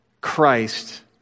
Christ